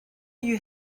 you